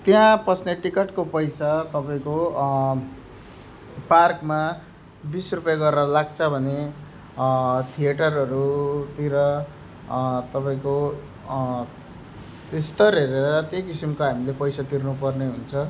त्यहाँ पस्ने टिकटको पैसा तपाईँको पार्कमा बिस रुपियाँ गरेर लाग्छ भने थिएटरहरूतिर तपाईँको स्तर हेरेर त्यही किसिमको हामीले पैसा तिर्नुपर्ने हुन्छ